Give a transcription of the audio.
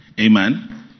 Amen